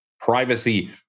privacy